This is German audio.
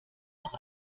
auch